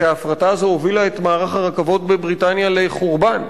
כי ההפרטה הזאת הובילה את מערך הרכבות בבריטניה לחורבן.